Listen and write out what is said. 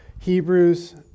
Hebrews